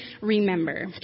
remember